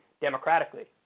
democratically